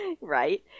right